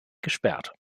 gesperrt